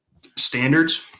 standards